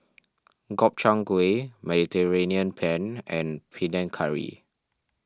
Gobchang Gui Mediterranean Penne and Panang Curry